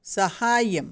सहाय्यम्